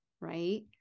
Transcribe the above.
Right